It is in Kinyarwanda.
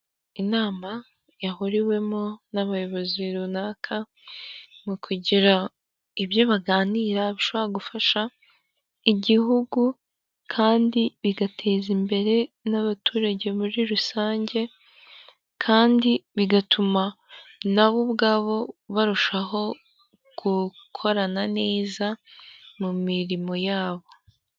Inama yahuriwemo n'abayobozi runaka mu kugira ibyo baganira bishobora gufasha igihugu kandi bigateza imbere n'abaturage muri rusange kandi bigatuma nabo ubwabo barushaho gukorana neza mu mirimo yabo.